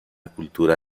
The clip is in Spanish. cultura